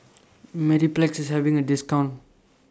Mepilex IS having A discount